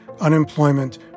unemployment